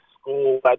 school